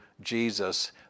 Jesus